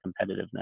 competitiveness